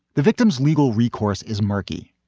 the victim's legal recourse is murky.